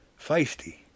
feisty